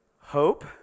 Hope